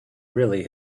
really